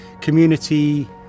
community